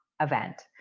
event